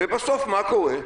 ובסוף מה קורה?